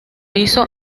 hizo